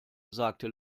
sagte